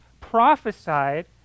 prophesied